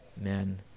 men